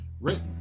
written